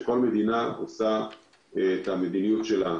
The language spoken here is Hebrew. וכל מדינה עושה את המדיניות שלה.